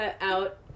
out